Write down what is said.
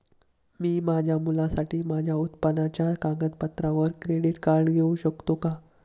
मी माझ्या मुलासाठी माझ्या उत्पन्नाच्या कागदपत्रांवर क्रेडिट कार्ड घेऊ शकतो का?